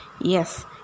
Yes